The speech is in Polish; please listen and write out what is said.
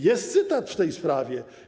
Jest cytat w tej sprawie.